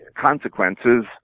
consequences